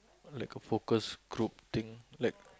like a focus group thing like